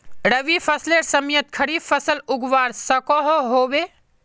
रवि फसलेर समयेत खरीफ फसल उगवार सकोहो होबे?